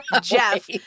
Jeff